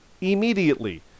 immediately